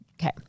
okay